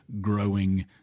growing